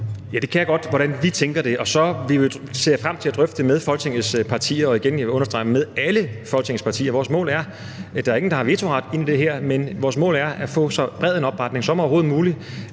Ja, jeg kan godt fortælle om, hvordan vi tænker os det, og så vil jeg se frem til at drøfte det med Folketingets partier – og jeg vil igen understrege, at det er med alle Folketingets partier. Der er ingen, der har vetoret i det her, men vores mål er at få så bred en opbakning som overhovedet muligt.